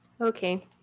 okay